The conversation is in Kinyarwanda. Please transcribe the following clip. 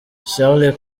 charles